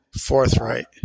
forthright